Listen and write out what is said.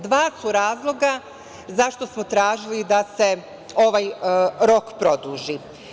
Dva su razloga zašto smo tražili da se ovaj rok produži.